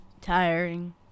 Tiring